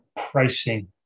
Pricing